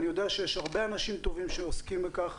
אני יודע שיש הרבה אנשים טובים שעוסקים בכך,